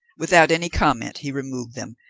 without any comment he removed them,